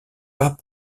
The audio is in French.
pas